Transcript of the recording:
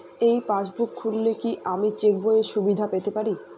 এই পাসবুক খুললে কি আমি চেকবইয়ের সুবিধা পেতে পারি?